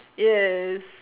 yes